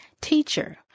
teacher